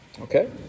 Okay